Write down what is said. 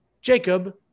Jacob